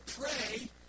pray